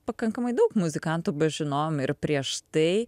pakankamai daug muzikantų bažinojom ir prieš tai